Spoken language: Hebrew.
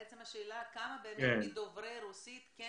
בעצם השאלה כמה באמת מדוברי הרוסית כן